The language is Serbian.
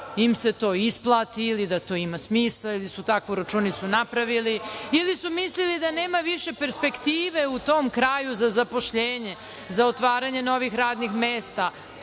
Jovanović: Laž.)…ili da to ima smisla ili su takvu računicu napravili ili su mislili da nema više perspektive u tom kraju za zaposlenje, za otvaranje novih radnih mesta.